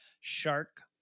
shark